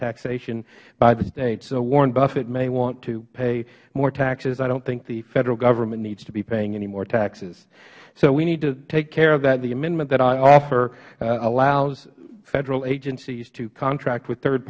taxation by the states so warren buffett may want to pay more taxes i dont think the federal government needs to be paying any more taxes so we need to take care of that the amendment that i offer allows federal agencies to contract with third